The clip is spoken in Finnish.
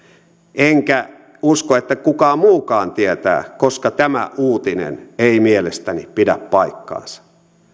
enkä usko että kukaan muukaan tietää koska tämä uutinen ei mielestäni pidä paikkaansa